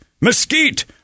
mesquite